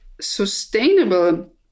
sustainable